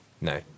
No